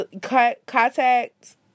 Contact